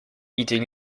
eating